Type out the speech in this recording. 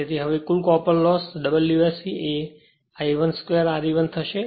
તેથી હવે કુલ copper loss W S C 1 એ I 1 2 Re1 થશે